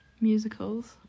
musicals